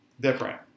different